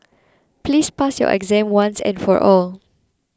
please pass your exam once and for all